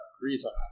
Reason